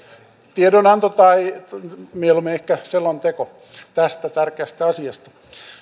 tiedonanto tai mieluummin ehkä selonteko tästä tärkeästä asiasta